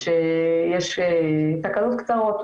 שיש תקלות קצרות,